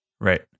right